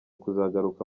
kuzagaruka